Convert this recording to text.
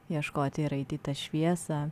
ieškoti ir eiti į tą šviesą